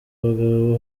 abagabo